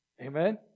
Amen